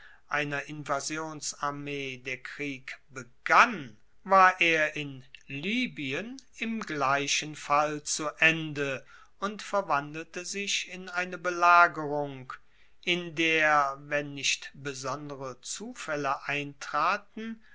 einer invasionsarmee der krieg begann war er in libyen im gleichen fall zu ende und verwandelte sich in eine belagerung in der wenn nicht besondere zufaelle eintraten